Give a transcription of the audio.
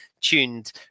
tuned